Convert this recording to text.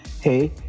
hey